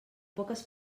poques